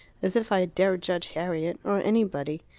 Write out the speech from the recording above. as if i dare judge harriet! or anybody.